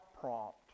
prompt